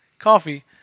coffee